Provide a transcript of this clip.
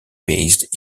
based